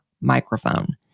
microphone